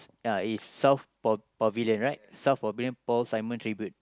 ya is south pa~ pavilion right South Pavilion Paul Simon Tribute